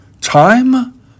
time